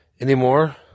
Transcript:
anymore